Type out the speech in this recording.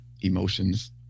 emotions